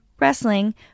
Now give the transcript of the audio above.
wrestling